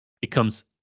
becomes